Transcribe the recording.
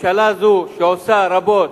ממשלה זו, שעושה רבות,